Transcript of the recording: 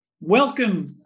Welcome